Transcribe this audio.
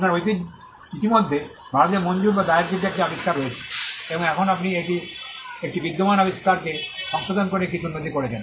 আপনার ইতিমধ্যে ভারতে মঞ্জুর বা দায়েরকৃত একটি আবিষ্কার রয়েছে এবং এখন আপনি একটি বিদ্যমান আবিষ্কারকে সংশোধন করে কিছু উন্নতি করেছেন